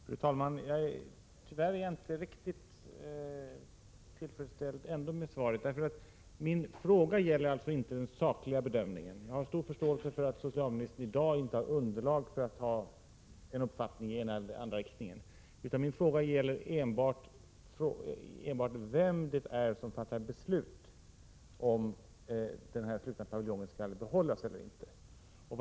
Fru talman! Tyvärr är jag inte riktigt tillfredsställd med svaret. Min fråga gäller alltså inte den sakliga bedömningen. Jag har stor förståelse för att socialministern i dag inte har underlag för någon uppfattning som går i den ena eller andra riktningen. Min fråga gäller enbart vem det är som fattar beslut om denna slutna paviljong skall behållas eller inte.